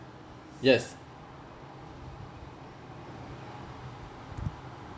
yes